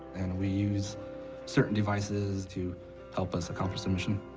and we use certain devices to help us accomplish the mission.